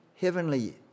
heavenly